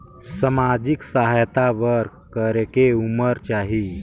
समाजिक सहायता बर करेके उमर चाही?